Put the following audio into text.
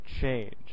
change